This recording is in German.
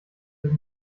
sich